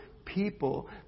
People